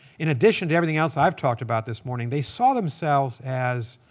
in addition to everything else i've talked about this morning, they saw themselves as